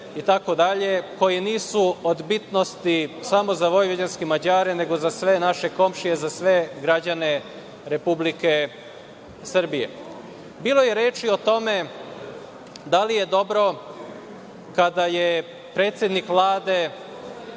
itd, koje nisu od bitnosti samo za vojvođanske Mađare, nego za sve naše komšije, za sve građane Republike Srbije. Bilo je reči i o tome da li je dobro kada je predsednik Vlade